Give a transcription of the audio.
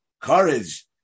courage